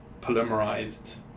polymerized